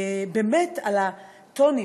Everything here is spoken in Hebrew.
באמת, על הטונים,